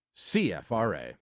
CFRA